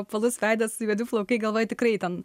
apvalus veidas juodi plaukai galvoji tikrai ten